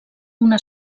una